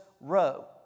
row